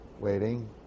Waiting